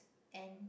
and